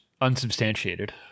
Unsubstantiated